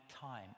time